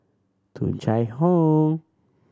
Tung Chye Hong